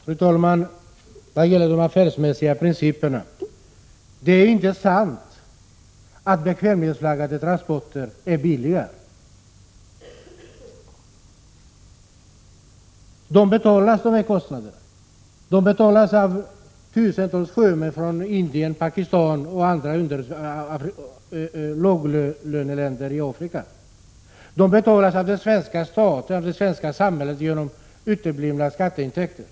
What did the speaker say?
Fru talman! När det gäller de affärsmässiga principerna vill jag säga att det inte är sant att bekvämlighetsflaggade transporter är billigare. Kostnaden betalas av tusentals sjömän från Indien, Pakistan och låglöneländer i Afrika. Kostnaderna betalas av det svenska samhället genom uteblivna skatteintäkter.